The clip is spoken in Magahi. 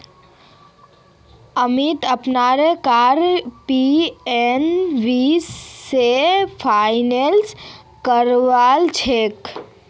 अमीत अपनार कार पी.एन.बी स फाइनेंस करालछेक